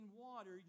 water